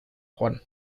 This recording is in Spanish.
juan